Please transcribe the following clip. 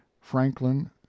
franklin